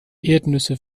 erdnüsse